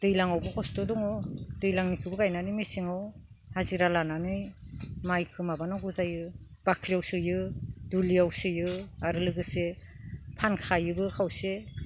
दैज्लांआवबो खस्थ' दङ दैज्लां निखोबो गायनानै मेसेंआव हाजिरा लानानै माइखो माबानांगौ जायो बाख्रियाव सोयो दुलियाव सोयो आरो लोगोसे फानखायोबो खावसे